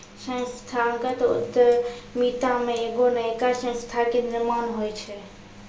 संस्थागत उद्यमिता मे एगो नयका संस्था के निर्माण होय छै